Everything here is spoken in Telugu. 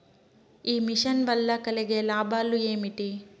ఈ మిషన్ వల్ల కలిగే లాభాలు ఏమిటి?